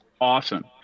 awesome